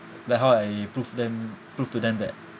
like how I prove them prove to them that